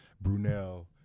Brunel